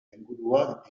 inguruak